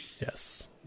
Yes